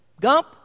Gump